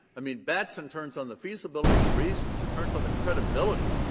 i mean, batson turns on the feasibility of the reasons. it turns on the credibility